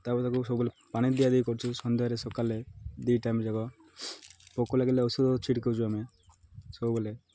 ତା'ପରେ ତାକୁ ସବୁବେଳେ ପାଣି ଦିଆ ଦେଇ କରୁଛୁ ସନ୍ଧ୍ୟାରେ ସକାଳେ ଦୁଇ ଟାଇମ୍ ଯାକ ପୋକ ଲାଗିଲେ ଔଷଧ ଛିଡ଼ି କଉଛୁ ଆମେ ସବୁବେଳେ